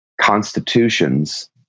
constitutions